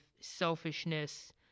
selfishness